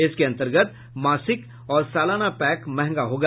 इसके अन्तर्गत मासिक और सालाना पैक महंगा होगा